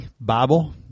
Bible